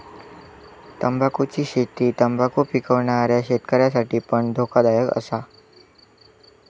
तंबाखुची शेती तंबाखु पिकवणाऱ्या शेतकऱ्यांसाठी पण धोकादायक असा